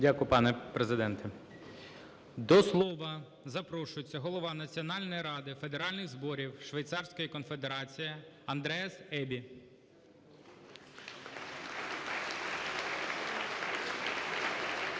Дякую, пане Президенте. До слова запрошується Голова Національної Ради Федеральних Зборів Швейцарської Конфедерації Андреас Ебі.